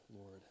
Lord